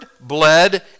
bled